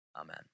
Amen